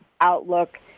outlook